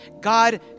God